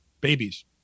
babies